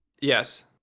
Yes